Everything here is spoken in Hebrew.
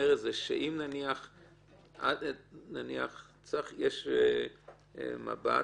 שאם נניח יש מב"ד,